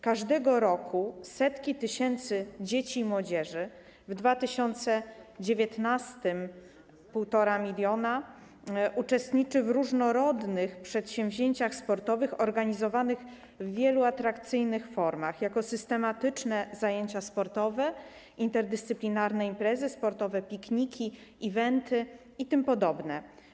Każdego roku setki tysięcy dzieci i młodzieży, w 2019 r. - 1,5 mln, uczestniczy w różnorodnych przedsięwzięciach sportowych organizowanych w wielu atrakcyjnych formach: jako systematyczne zajęcia sportowe, interdyscyplinarne imprezy, sportowe pikniki, eventy itp.